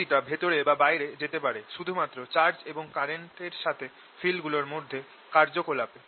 শক্তিটা ভেতরে বা বাইরে যেতে পারে শুধু মাত্র চার্জ এবং কারেন্ট এর সাথে ফিল্ডগুলোর মধ্যে কার্যকলাপে